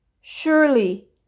Surely